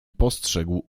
postrzegł